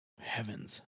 heavens